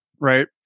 Right